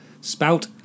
Spout